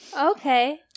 Okay